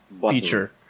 feature